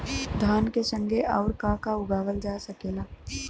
धान के संगे आऊर का का उगावल जा सकेला?